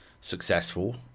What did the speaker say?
successful